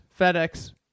FedEx